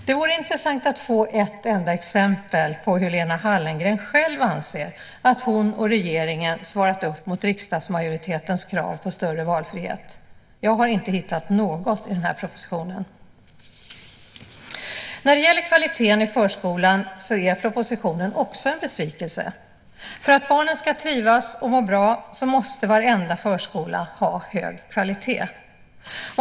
Det vore intressant att få ett enda exempel på hur Lena Hallengren själv anser att hon och regeringen svarat upp mot riksdagsmajoritetens krav på större valfrihet. Jag har inte hittat något i den här propositionen. Också när det gäller kvaliteten i förskolan är propositionen en besvikelse. För att barnen ska trivas och må bra måste varenda förskola ha hög kvalitet.